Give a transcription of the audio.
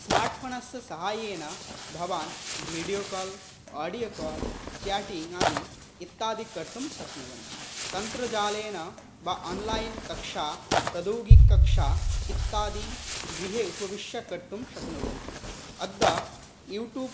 स्मार्ट्फ़ोनस्य साहाय्येन भवान् video call audio call chatting आदि इत्यादि कर्तुं शक्नुवन्ति तन्त्रजालेन वा आन्लैन्कक्षा प्रद्यौगिककक्षा इत्यादि गृहे उपविश्य कर्तुं शक्नुवन्ति अद्य यूटूब्